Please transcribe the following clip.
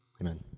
Amen